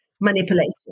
manipulation